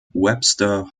webster